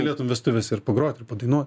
galėtum vestuvėse ir pagrot ir padainuot